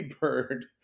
bird